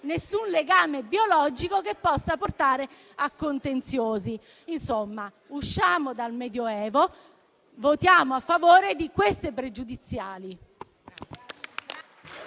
nessun legame biologico che possa portare a contenziosi. Insomma, usciamo dal Medioevo e votiamo a favore di queste pregiudiziali.